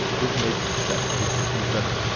this makes said creatures look better.